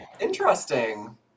Interesting